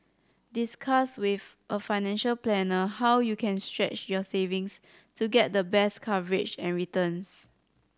discuss with a financial planner how you can stretch your savings to get the best coverage and returns